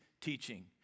teaching